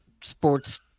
Sports